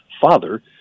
father